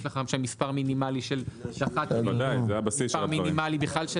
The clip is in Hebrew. יש לך מספר מינימלי בכלל של